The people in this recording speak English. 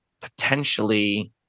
potentially